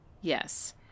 Yes